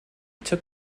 took